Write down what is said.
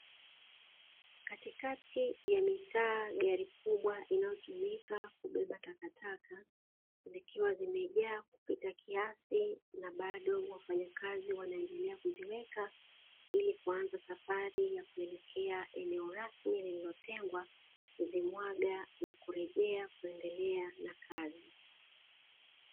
Katikati ya mitaa gari kubwa linayotumika kubeba takataka zikiwa zimejaa kupita kiasi na bado wafanyakazi wanaendelea kuziweka ili kuanza safari ya kuelekea eneo rasmi lililotengwa kuzimwaga na kurejea kuendelea na kazi.